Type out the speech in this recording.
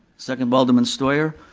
seconded by alderman steuer.